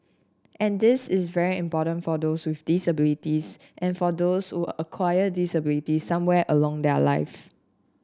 and this is very important for those with disabilities and for those who acquire disabilities somewhere along their live